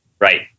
Right